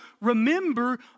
remember